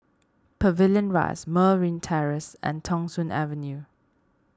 Pavilion Rise Merryn Terrace and Thong Soon Avenue